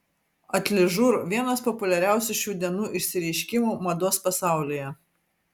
atližur vienas populiariausių šių dienų išsireiškimų mados pasaulyje